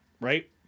right